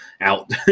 out